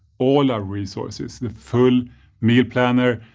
all our resources the full meal planner,